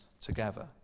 together